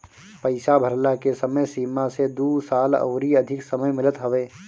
पईसा भरला के समय सीमा से दू साल अउरी अधिका समय मिलत हवे